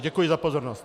Děkuji za pozornost.